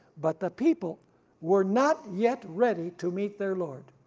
but the people were not yet ready to meet their lord.